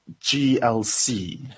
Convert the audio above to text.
GLC